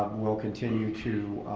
we'll continue to